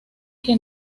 que